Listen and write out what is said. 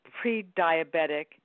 pre-diabetic